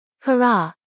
Hurrah